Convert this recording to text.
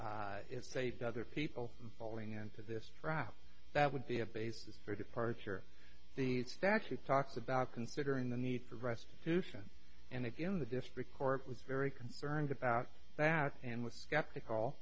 did it saved other people falling into this trap that would be a basis for departure these statutes talked about considering the need for restitution and if you know the district court was very concerned about that and was skeptical